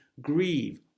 Grieve